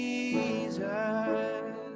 Jesus